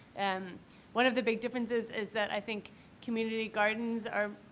and one of the big differences is that i think community gardens are,